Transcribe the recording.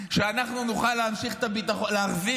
שאנחנו נוכל להחזיק